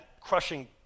crushing